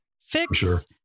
fix